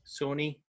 Sony